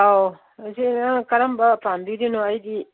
ꯑꯧ ꯍꯧꯖꯤꯛ ꯅꯪ ꯀꯔꯝꯕ ꯄꯥꯝꯕꯤꯔꯤꯅꯣ ꯑꯩꯗꯤ